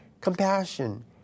compassion